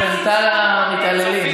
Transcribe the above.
היא פנתה למתעללים,